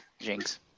Jinx